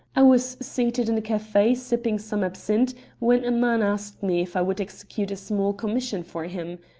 i was seated in a cafe sipping some absinthe when a man asked me if i would execute a small commission for him.